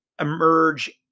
emerge